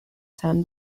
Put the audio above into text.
sun